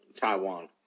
Taiwan